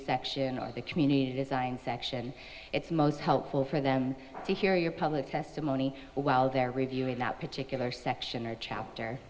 section or the community design section it's most helpful for them to hear your public testimony while they're reviewing that particular section or chapter